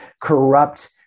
corrupt